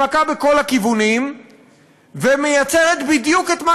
שמכה בכל הכיוונים ומייצרת בדיוק את מה